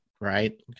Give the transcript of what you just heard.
right